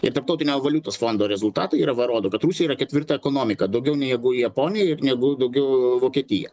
ir tarptautinio valiutos fondo rezultatai yra va rodo kad rusija yra ketvirta ekonomika daugiau negu japonija ir negu daugiau vokietija